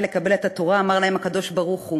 לקבל את התורה אמר להם הקדוש-ברוך-הוא: